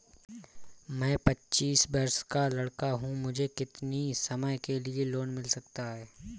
मैं पच्चीस वर्ष का लड़का हूँ मुझे कितनी समय के लिए लोन मिल सकता है?